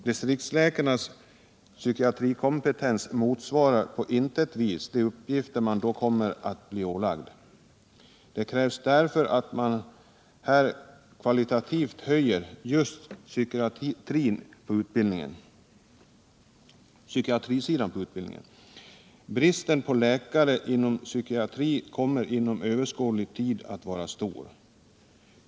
Distriktsläkarnas psykiatrikompetens motsvarar dock på intet vis de uppgifter de då kommer att bli ålagda. Det krävs därför att man höjer kvaliteten just på psykiatrisidan av utbildningen. Bristen på läkare inom psykiatrin kommer inom överskådlig tid att vara stor.